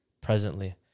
presently